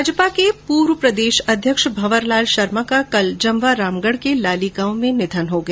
भाजपा के पूर्व प्रदेशअध्यक्ष भंवर लाल शर्मा का कल जमवारामगढ के लाली गांव में निधन हो गया